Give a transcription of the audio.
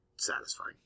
satisfying